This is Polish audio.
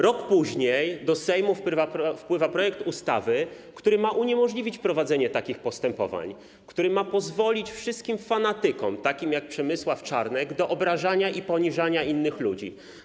Rok później do Sejmu wpływa projekt ustawy, który ma uniemożliwić prowadzenie takich postępowań, który ma pozwolić wszystkim fanatykom takim jak Przemysław Czarnek na obrażanie i poniżanie innych ludzi.